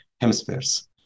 Hemispheres